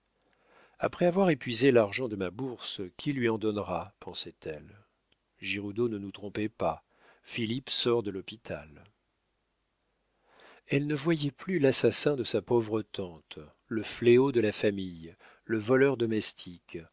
après avoir épuisé l'argent de ma bourse qui lui en donnera pensait-elle giroudeau ne nous trompait pas philippe sort de l'hôpital elle ne voyait plus l'assassin de sa pauvre tante le fléau de la famille le voleur domestique